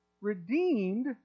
redeemed